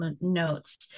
notes